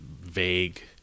vague